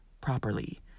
properly